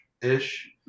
ish